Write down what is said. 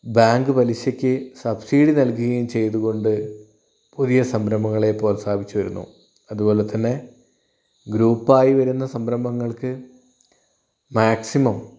bank പലിശയ്ക്ക് subsidy നൽകുകയും ചെയ്തുകൊണ്ട് പുതിയ സംരംഭങ്ങളെ പ്രോത്സാഹിപ്പിച്ചു വരുന്നു അതുപോലെത്തന്നെ ഗ്രൂപ്പായി വരുന്ന സംരംഭങ്ങൾക്ക് മാക്സിമം